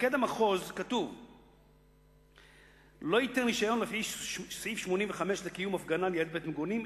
מפקד המחוז לא ייתן רשיון לפי סעיף 85 לקיום הפגנה ליד בית-מגורים,